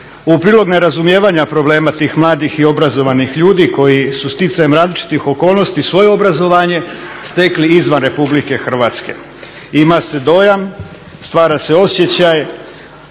u prilog nerazumijevanja problema tih mladih i obrazovanih ljudi koji su sticajem različitih okolnosti svoje obrazovanje stekli izvan Republike Hrvatske. Ima se dojam, stvara se osjećaj